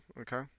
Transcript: okay